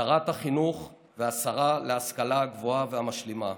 שרת החינוך והשרה להשכלה הגבוהה והמשלימה,